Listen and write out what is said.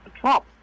Trump